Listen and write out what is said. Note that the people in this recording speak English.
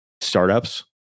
startups